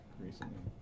recently